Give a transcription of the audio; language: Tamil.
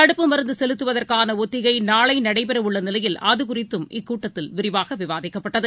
தடுப்பு மருந்துசெலுத்துவதற்கானஒத்திகைநாளைநடைபெறவுள்ளநிலையில் அதுகுறித்தும் இக்கூட்டத்தில் விரிவாகவிவாதிக்கப்பட்டது